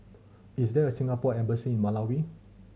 is there a Singapore Embassy in Malawi